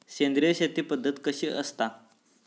सेंद्रिय शेती पद्धत कशी असता?